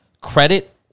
credit